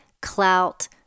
clout